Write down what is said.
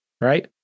right